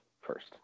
first